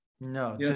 No